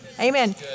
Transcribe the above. Amen